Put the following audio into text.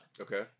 Okay